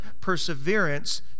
perseverance